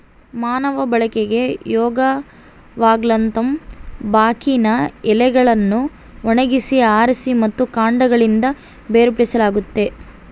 ಮಾನವ ಬಳಕೆಗೆ ಯೋಗ್ಯವಾಗಲುತಂಬಾಕಿನ ಎಲೆಗಳನ್ನು ಒಣಗಿಸಿ ಆರಿಸಿ ಮತ್ತು ಕಾಂಡಗಳಿಂದ ಬೇರ್ಪಡಿಸಲಾಗುತ್ತದೆ